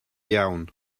iawn